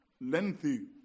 lengthy